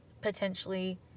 potentially